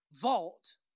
vault